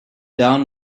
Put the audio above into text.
down